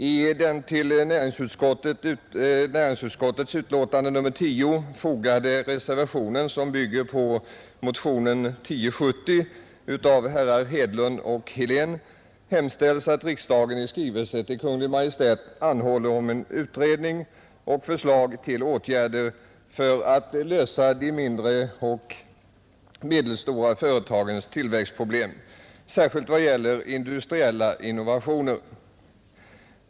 I den till näringsutskottets betänkande nr 10 fogade reservationen, som bygger på motionen 1070 av herrar Hedlund och Helén, hemställes att riksdagen i skrivelse till Kungl. Maj:t anhåller om en utredning och förslag till åtgärder för att lösa de mindre och medelstora företagens tillväxtproblem, särskilt vad gäller industriella innovationer.